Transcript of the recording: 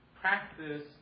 practice